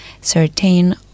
certain